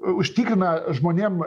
užtikrina žmonėm